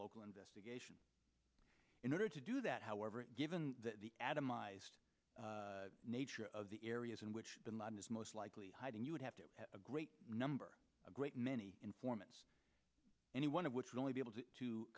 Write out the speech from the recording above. local investigation in order to do that however given the adam eyes nature of the areas in which bin laden is most likely hiding you would have to have a great number a great many informants any one of which would only be able to